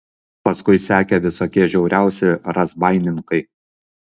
paskui sekė visokie žiauriausi razbaininkai